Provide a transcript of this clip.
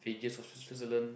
Fiji or swi~ Switzerland